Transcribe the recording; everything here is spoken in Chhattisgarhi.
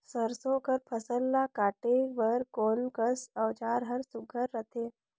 सरसो कर फसल ला काटे बर कोन कस औजार हर सुघ्घर रथे?